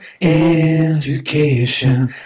education